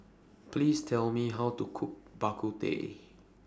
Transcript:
Please Tell Me How to Cook Bak Kut Teh